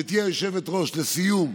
גברתי היושבת-ראש, לסיום,